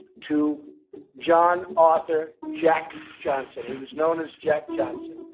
to john arthur jack johnson. he was known as jack johnson,